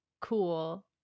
cool